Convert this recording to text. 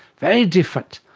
very different.